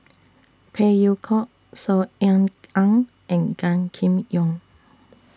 Phey Yew Kok Saw Ean Ang and Gan Kim Yong